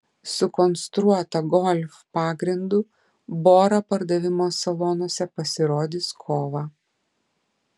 sukonstruota golf pagrindu bora pardavimo salonuose pasirodys kovą